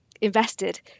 invested